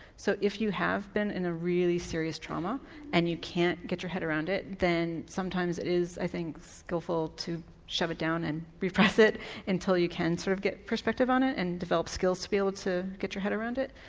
so if you have been in a really serious trauma and you can't get your head around it then sometimes it is, i think, skilful to shove it down and repress it until you can sort of get perspective on it and develop skill fields to get your head around it.